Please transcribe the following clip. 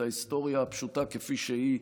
את ההיסטוריה הפשוטה כפי שהיא,